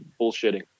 bullshitting